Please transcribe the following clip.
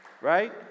right